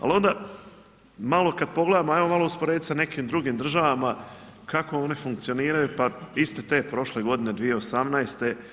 Ali onda, malo kad pogledamo, ajmo malo usporediti sa nekim drugim državama kako one funkcioniraju pa iste te prošle godine 2018.